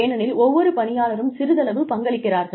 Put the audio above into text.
ஏனெனில் ஒவ்வொரு பணியாளரும் சிறிதளவு பங்களிக்கிறார்கள்